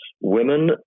Women